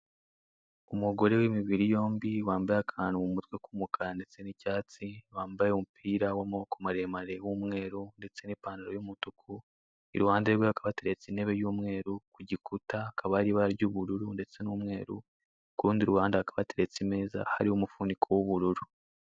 Umugore w'imibiri yombi, wambaye akantu mu mutwe k'umukara ndetse n'icyatsi, wambaye umupira w'amaboko maremare, w'umweru, ndetse n'ipantaro y'umutuku, iruhande rwe hakaba hateretse intebe y'umweru, ku gikuta hakaba hari ibara ry'ubururu ndetse n'umweru, ku rundi ruhande hakaba hateretse imeza, hariho umufuniko w'ubururu.